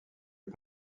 les